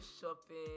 shopping